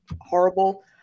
horrible